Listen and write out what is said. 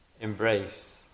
embrace